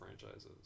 franchises